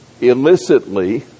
illicitly